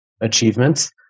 achievements